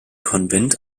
konvent